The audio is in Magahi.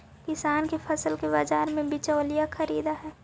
किसान के फसल के बाजार में बिचौलिया खरीदऽ हइ